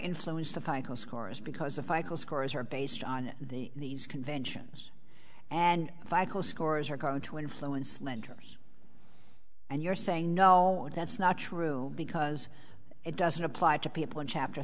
influence the final scores because if i call scores are based on the these conventions and if i call scores are going to influence letters and you're saying no that's not true because it doesn't apply to people in chapter